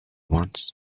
wants